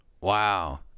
Wow